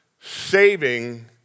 saving